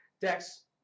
Dex